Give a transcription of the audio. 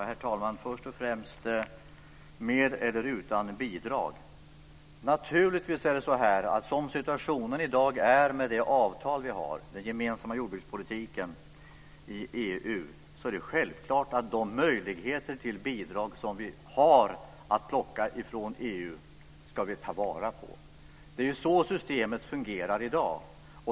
Herr talman! Först och främst frågan om med eller utan bidrag. Som situationen i dag är med det avtal vi har om den gemensamma jordbrukspolitiken i EU är det självklart att vi ska ta vara på möjligheterna till bidrag som vi har att plocka från EU. Det är ju så systemet fungerar i dag.